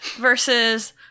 versus